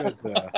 good